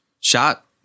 shot